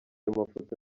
amafoto